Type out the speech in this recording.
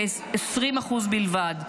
כ-20% בלבד.